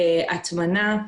הטמנה,